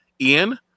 Ian